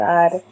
God